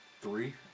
Three